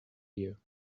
you